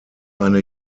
eine